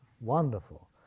wonderful